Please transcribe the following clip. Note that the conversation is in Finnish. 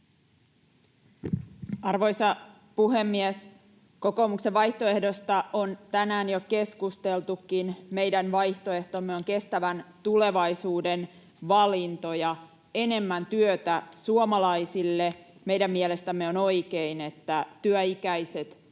Arvoisa puhemies! Kokoomuksen vaihtoehdosta on tänään jo keskusteltukin. Meidän vaihtoehtomme on kestävän tulevaisuuden valintoja: enemmän työtä suomalaisille. Meidän mielestämme on oikein, että työikäiset,